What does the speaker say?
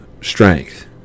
strength